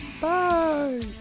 Bye